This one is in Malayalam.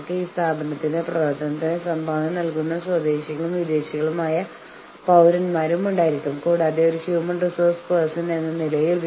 നിങ്ങളുടെ ടീം അംഗീകരികാത്ത ഒരു തീരുമാനം എടുക്കുന്നതിനുപകരം ബുദ്ധിമുട്ടുള്ള വിലപേശൽ പ്രശ്നങ്ങൾ കൈകാര്യം ചെയ്യാൻ അടിസ്ഥാന നിയമങ്ങൾ സ്ഥാപിക്കുക